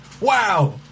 Wow